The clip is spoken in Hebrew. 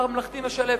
ממלכתי משלב.